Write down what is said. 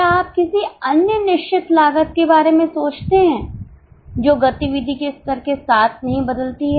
क्या आप किसी अन्य निश्चित लागत के बारे में सोचते हैं जो गतिविधि के स्तर के साथ नहीं बदलती है